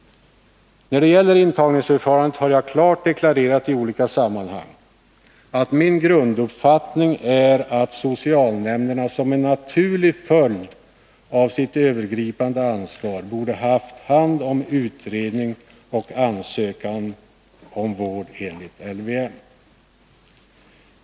När det gäller intagningsförfarandet har jag i olika sammanhang klart deklarerat att min grunduppfattning är att socialnämnderna som en naturlig följd av sitt övergripande ansvar borde ha haft hand om utredning och ansökan om vård enligt LVM.